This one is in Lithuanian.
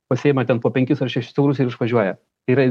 pasiima ten po penkis ar šešis eurus ir išvažiuoja tai yra